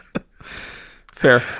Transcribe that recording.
Fair